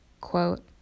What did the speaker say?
quote